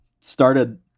started